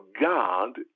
God